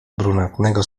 brunatnego